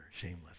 shameless